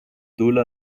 tula